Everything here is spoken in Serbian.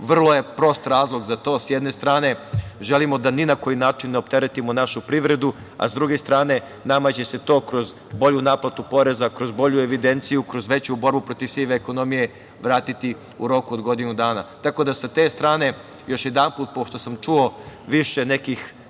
je prost razlog za to. S jedne strane, želimo da ni na koji način ne opteretimo našu privredu, a s druge strane nama će se to kroz bolju naplatu poreza, kroz bolju evidenciju, kroz veću borbu protiv sive ekonomije vratiti u roku od godinu dana. Tako da sa te strane, još jednom, pošto sam čuo više nekih